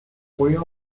früher